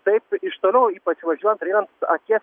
taip iš toliau ypač važiuojant ar einant akies